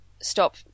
stop